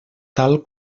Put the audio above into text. tal